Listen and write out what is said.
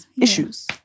Issues